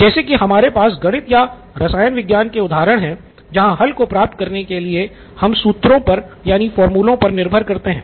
जैसे कि हमारे पास गणित या रसायन विज्ञान के उदाहरण हैं जहां हल को प्राप्त करने के लिए हम सूत्रों पर निर्भर हैं